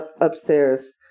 upstairs